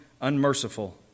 unmerciful